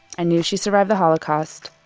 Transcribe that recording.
i knew she survived the holocaust.